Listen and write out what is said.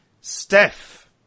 Steph